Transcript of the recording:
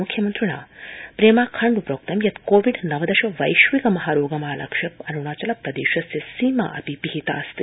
मुख्यमन्त्रिणा प्रेमा खांडू प्रोक्तं यत् कोविड नवदश वश्विक महारोगमालक्ष्य अरुणाचल प्रदेशस्य सीमा पिहिताऽस्ति